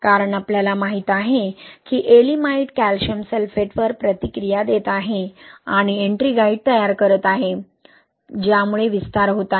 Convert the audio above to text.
कारण आपल्याला माहित आहे की येएलिमाइट कॅल्शियम सल्फेटवर प्रतिक्रिया देत आहे आणि एट्रिंगाइट तयार करत आहे ज्यामुळे विस्तार होत आहे